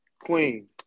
Queen